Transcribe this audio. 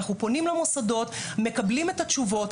אנחנו פונים למוסדות, מקבלים את התשובות.